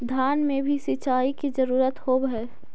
धान मे भी सिंचाई के जरूरत होब्हय?